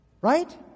Right